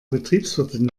betriebswirtin